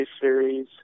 series